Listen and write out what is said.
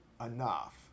enough